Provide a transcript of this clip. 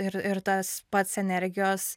ir ir tas pats energijos